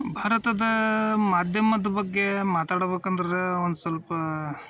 ಭಾರತದ ಮಾಧ್ಯಮದ ಬಗ್ಗೆ ಮಾತಾಡ್ಬೇಕೆಂದರೆ ಒಂದು ಸ್ವಲ್ಪ